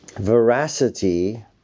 veracity